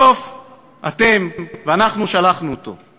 בסוף אתם ואנחנו שלחנו אותו.